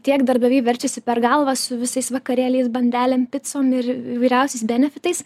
tiek darbdaviai verčiasi per galvą su visais vakarėliais bandelėm picom ir įvairiausiais benefitais